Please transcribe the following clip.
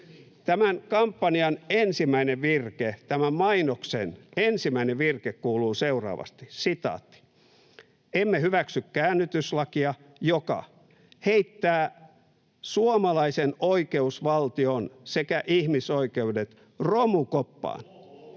Tämän kampanjan ensimmäinen virke, tämän mainoksen ensimmäinen virke kuuluu seuraavasti: ”Emme hyväksy käännytyslakia, joka heittää suomalaisen oikeusvaltion sekä ihmisoikeudet romukoppaan.”